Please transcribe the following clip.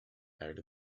out